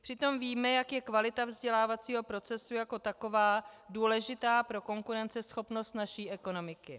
Přitom víme, jak je kvalita vzdělávacího procesu jako taková důležitá pro konkurenceschopnost naší ekonomiky.